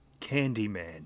Candyman